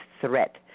threat